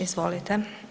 Izvolite.